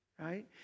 Right